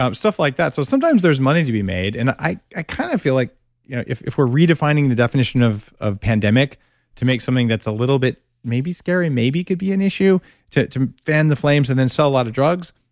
um stuff like that. so, sometimes there's money to be made, and i i kind of feel like you know if if we're redefining the definition of of pandemic to make something that's a little bit maybe scary, maybe it could be an issue to to fan the flames and then sell a lot of drugs,